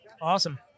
Awesome